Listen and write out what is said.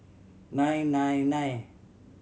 nine nine nine